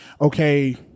Okay